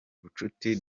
bucuti